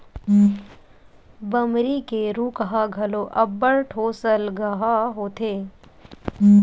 बमरी के रूख ह घलो अब्बड़ ठोसलगहा होथे